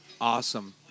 Awesome